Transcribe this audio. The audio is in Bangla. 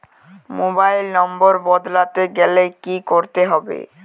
মোবাইল নম্বর বদলাতে গেলে কি করতে হবে?